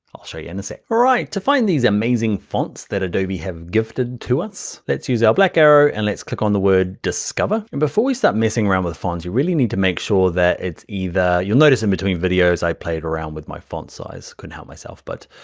i'll show you in a sec. all right, to find these amazing fonts that adobe have gifted to us, let's use our black arrow and let's click on the word discover. and before we start messing around with fonts, you really need to make sure that it's either, you notice in between videos i played around with my font size, couldn't help myself but,